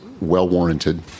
well-warranted